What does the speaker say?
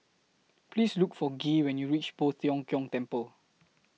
Please Look For Gaye when YOU REACH Poh Tiong Kiong Temple